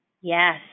Yes